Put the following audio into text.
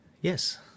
Yes